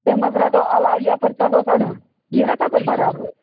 تیٚمہِ منٛز رٔٹِو علاوٕ یَپٲرۍ ژٹہٕ ہوس أڈۍ ہن یِیہِ نا تَپٲرۍ بَرابر